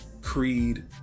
creed